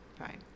right